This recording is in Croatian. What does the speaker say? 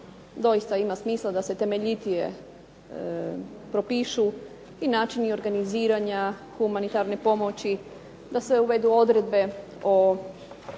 Doista ima smisla da se temeljitije propišu i načini organiziranja humanitarne pomoći, da se uvedu odredbe o